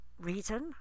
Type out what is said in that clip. reason